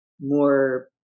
more